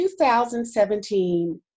2017